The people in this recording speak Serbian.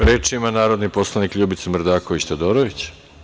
Reč ima narodni poslanik Ljubica Mrdaković Todorović.